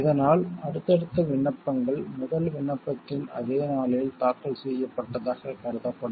இந்த அடுத்தடுத்த விண்ணப்பங்கள் முதல் விண்ணப்பத்தின் அதே நாளில் தாக்கல் செய்யப்பட்டதாக கருதப்படும்